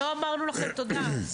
לא אמרנו לכם תודה.